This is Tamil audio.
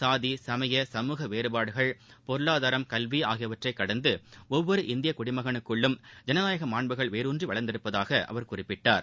சாதி சமய சமூக வேறபாடுகள் பொருளாதாரம் கல்வி ஆகியவற்றை கடந்து ஒவ்வொரு இந்திய குடிமகனுக்குள்ளும் ஜனநாயக மாண்புகள் வேரூன்றி வளர்ந்துள்ளதாக அவர் குறிப்பிட்டார்